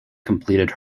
completed